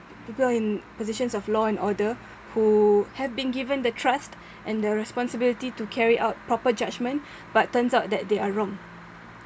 people in positions of law and order who have been given the trust and the responsibility to carry out proper judgement but turns out that they are wrong